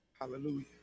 Hallelujah